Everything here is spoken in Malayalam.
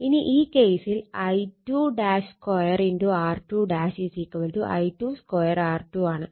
ഇനി ഈ കേസിൽ I22 R2 I2 2 R2 ആണ്